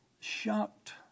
shocked